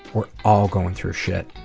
we're all going through shit,